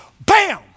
bam